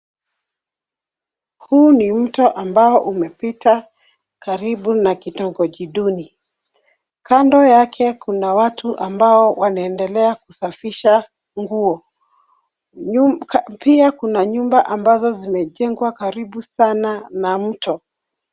Huu ni mto ambao umepitia karibu na kitongoji duni. Kando yake kuna watu ambao wanaendelea kusafisha nguo. Pia kuna nyumba ambazo zimejengwa karibu sana na mto.